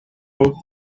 hoped